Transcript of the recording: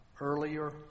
earlier